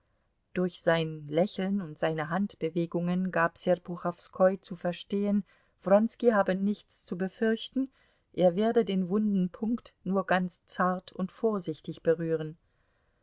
durch sein lächeln und seine handbewegungen gab serpuchowskoi zu verstehen wronski habe nichts zu befürchten er werde den wunden punkt nur ganz zart und vorsichtig berühren